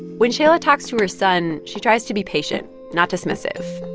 when shaila talks to her son, she tries to be patient, not dismissive.